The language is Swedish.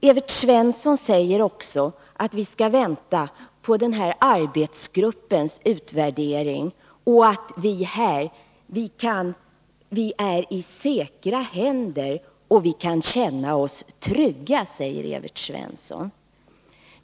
Evert Svensson säger också att vi skall vänta på arbetsgruppens utvärdering, att frågan är i säkra händer och att vi kan känna oss trygga.